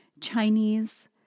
Chinese